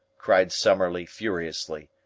cried summerlee furiously.